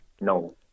No